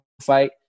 fight